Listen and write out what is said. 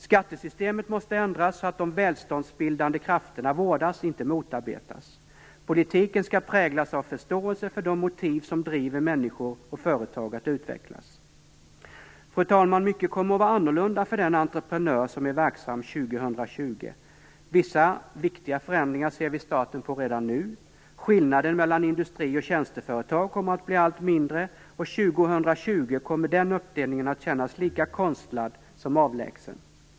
Skattesystemet måste ändras, så att de välståndsbildande krafterna vårdas, inte motarbetas. Politiken skall präglas av förståelse för de motiv som driver människor och företag att utvecklas. Fru talman! Mycket kommer att vara annorlunda för den entreprenör som är verksam 2020. Vissa viktiga förändringar ser vi starten på redan nu. Skillnaden mellan industri och tjänsteföretag kommer att bli allt mindre. 2020 kommer den uppdelningen att kännas lika konstlad som avlägsen.